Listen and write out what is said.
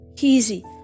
Easy